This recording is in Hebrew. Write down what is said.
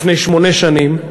לפני שמונה שנים,